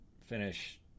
Finish